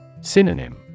Synonym